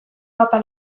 apal